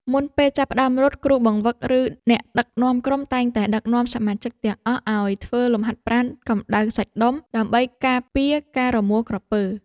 មុនពេលចាប់ផ្ដើមរត់ គ្រូបង្វឹក ឬអ្នកដឹកនាំក្រុមតែងតែដឹកនាំសមាជិកទាំងអស់ឱ្យធ្វើលំហាត់ប្រាណកម្តៅសាច់ដុំ ដើម្បីការពារការរមួលក្រពើ។